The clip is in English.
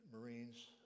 Marines